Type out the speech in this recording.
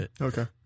Okay